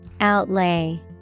Outlay